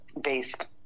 based